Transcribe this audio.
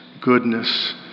goodness